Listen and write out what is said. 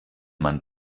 man